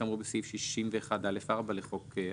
כאמור בסעיף 61א(4) לחוק העונשין.